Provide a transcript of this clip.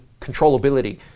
controllability